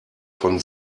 von